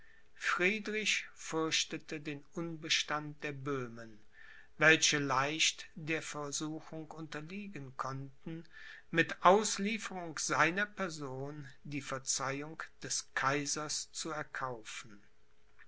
friedrich fürchtete den unbestand der böhmen welche leicht der versuchung unterliegen konnten mit auslieferung seiner person die verzeihung des kaisers zu erkaufen